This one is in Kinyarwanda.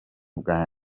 bwa